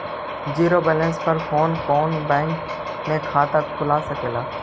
Zero balance पर कोन कोन बैंक में खाता खुल सकले हे?